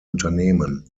unternehmen